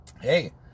Hey